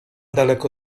daleko